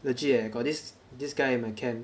legit eh got this this guy in my camp